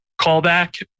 callback